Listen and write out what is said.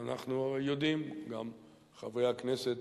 אנחנו הרי יודעים, גם חברי הכנסת